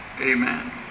Amen